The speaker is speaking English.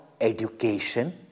education